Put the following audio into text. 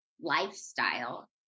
lifestyle